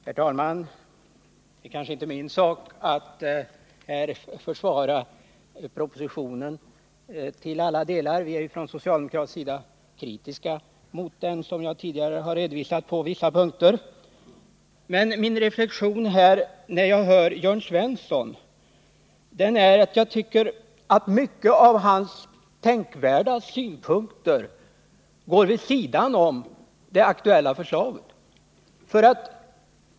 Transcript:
Herr talman! Det är kanske inte min sak att till alla delar försvara propositionen — från socialdemokratisk sida är vi, som jag tidigare har redovisat, kritiska mot den på vissa punkter. Min reflexion när jag har Jörn Svensson är emellertid den att många av hans tänkvärda synpunkter går vid sidan om det aktuella förslaget.